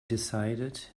decided